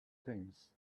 things